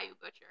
Butcher